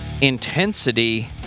intensity